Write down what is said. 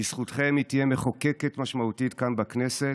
בזכותכם היא תהיה מחוקקת משמעותית כאן בכנסת,